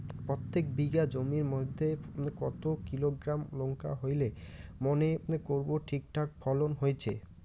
প্রত্যেক বিঘা জমির মইধ্যে কতো কিলোগ্রাম লঙ্কা হইলে মনে করব ঠিকঠাক ফলন হইছে?